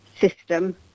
system